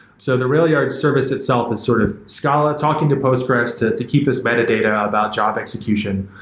so the railyard service itself is sort of scala talking to postgres to to keep this metadata about job execution.